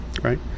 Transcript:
right